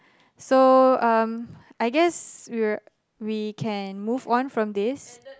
so um I guess we're we can move on from this